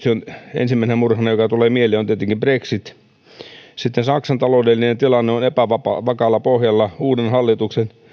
ensimmäisenä murheena joka tulee mieleeni on tietenkin brexit saksan taloudellinen tilanne on epävakaalla pohjalla uuden hallituksen